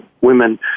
women